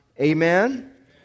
Amen